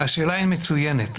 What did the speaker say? השאלה היא מצוינת.